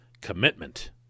commitment